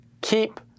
keep